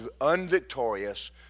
unvictorious